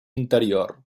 interior